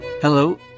Hello